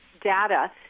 data